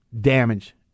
damage